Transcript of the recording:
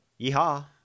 Yeehaw